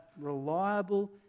reliable